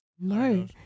No